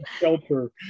shelter